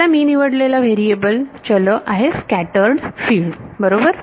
आता मी निवडलेला चल आहे स्कॅटरर्ड फिल्ड बरोबर